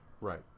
Right